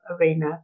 arena